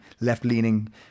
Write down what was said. left-leaning